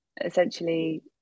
essentially